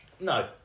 No